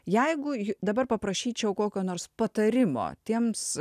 jeigu ji dabar paprašyčiau kokio nors patarimo tiems